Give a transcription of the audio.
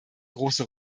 große